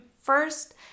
first